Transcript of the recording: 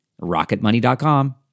RocketMoney.com